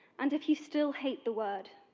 and if you still hate the word